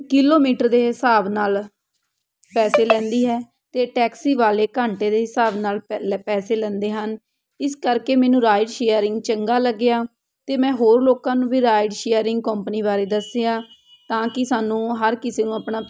kilometre ਦੇ ਹਿਸਾਬ ਨਾਲ ਪੈਸੇ ਲੈਂਦੀ ਹੈ ਅਤੇ ਟੈਕਸੀ ਵਾਲੇ ਘੰਟੇ ਦੇ ਹਿਸਾਬ ਨਾਲ ਪੈ ਲੈ ਪੈਸੇ ਲੈਂਦੇ ਹਨ ਇਸ ਕਰਕੇ ਮੈਨੂੰ ਰਾਈਡ ਸ਼ੇਅਰਿੰਗ ਚੰਗਾ ਲੱਗਿਆ ਅਤੇ ਮੈਂ ਹੋਰ ਲੋਕਾਂ ਨੂੰ ਵੀ ਰਾਈਡ ਸ਼ੇਅਰਿੰਗ ਕੋਂਪਨੀ ਬਾਰੇ ਦੱਸਿਆ ਤਾਂ ਕਿ ਸਾਨੂੰ ਹਰ ਕਿਸੇ ਨੂੰ ਆਪਣਾ